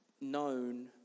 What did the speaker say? known